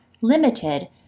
limited